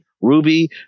Ruby